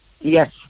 yes